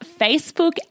Facebook